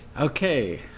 Okay